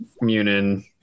Munin